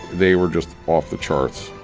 they were just off the charts.